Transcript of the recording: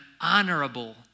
honorable